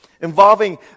involving